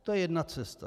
To je jedna cesta.